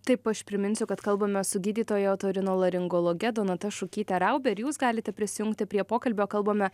taip aš priminsiu kad kalbamės su gydytoja otorinolaringologe donata šukyte raube ir jūs galite prisijungti prie pokalbio kalbame